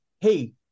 hey